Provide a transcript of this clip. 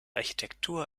architektur